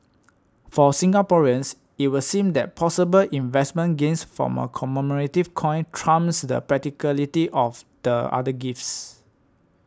for Singaporeans it would seem that possible investment gains from a commemorative coin trumps the practicality of the other gifts